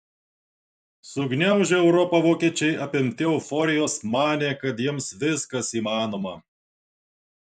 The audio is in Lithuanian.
sugniaužę europą vokiečiai apimti euforijos manė kad jiems viskas įmanoma